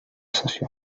sessió